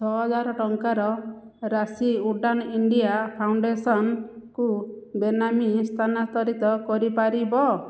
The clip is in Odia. ଛଅହଜାର ଟଙ୍କାର ରାଶି ଉଡ଼ାନ୍ ଇଣ୍ଡିଆ ଫାଉଣ୍ଡେସନ୍କୁ ବେନାମୀ ସ୍ଥାନାନ୍ତରିତ କରିପାରିବ